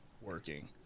working